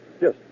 Yes